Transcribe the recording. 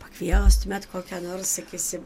pakviestumėt kokią nors sakysim